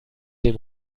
dem